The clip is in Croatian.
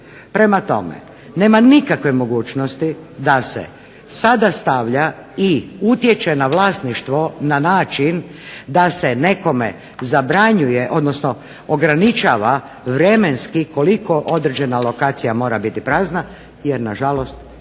Prema tome, nema nikakve mogućnosti da se sada stavlja i utječe na vlasništvo na način da se nekome zabranjuje, odnosno ograničava vremenski koliko određena lokacija mora biti prazna jer nažalost to